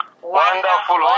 Wonderful